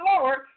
Lord